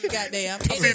Goddamn